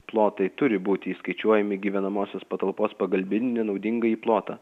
plotai turi būti įskaičiuojami į gyvenamosios patalpos pagalbinį nenaudingąjį plotą